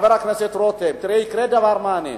חבר הכנסת רותם, תראה, יקרה דבר מעניין.